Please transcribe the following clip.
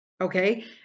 okay